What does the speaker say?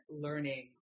learning